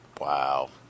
Wow